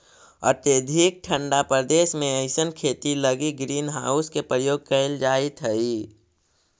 अत्यधिक ठंडा प्रदेश में अइसन खेती लगी ग्रीन हाउस के प्रयोग कैल जाइत हइ